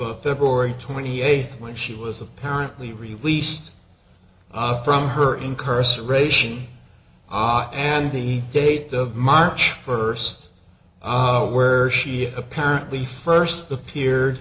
of february twenty eighth when she was apparently released from her in curse ration ah and the date of march first where she apparently first appeared